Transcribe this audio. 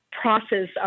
process